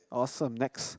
awesome next